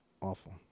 awful